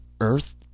Earth